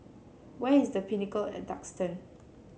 where is The Pinnacle at Duxton